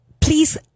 please